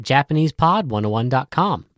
JapanesePod101.com